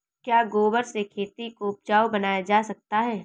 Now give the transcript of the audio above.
क्या गोबर से खेती को उपजाउ बनाया जा सकता है?